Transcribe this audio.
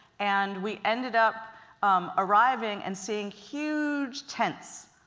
and we ended up arriving and seeing huge tents,